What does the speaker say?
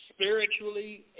spiritually